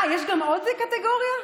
טורקיה,